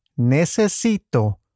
necesito